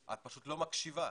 את פשוט לא מקשיבה.